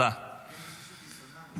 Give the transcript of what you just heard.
יש דיסוננס.